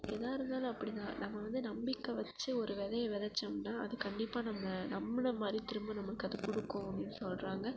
தாஏ இருந்தாலும் அப்படிதான் நம்ம வந்து நம்பிக்கை வச்சு ஒரு விதைய வெதைச்சோம்னா அது கண்டிப்பாக நம்ம நம்பின மாதிரி திரும்ப நமக்கு அது கொடுக்கும் அப்படின்னு சொல்கிறாங்க